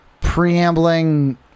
preambling